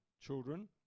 children